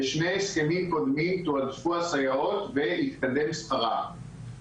בשני הסכמים קודמים תועדפו הסייעות והתקדם שכרן.